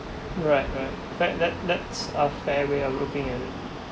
right right fact that that's uh fair way of looking at it